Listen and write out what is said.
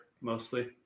mostly